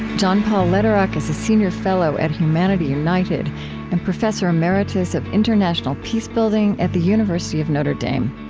john paul lederach is a senior fellow at humanity united and professor emeritus of international peacebuilding at the university of notre dame.